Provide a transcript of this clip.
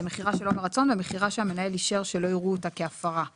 זה מכירה שלא מרצון ומכירה שהמנהל אישר שלא יראו אותה כהפרה נכון?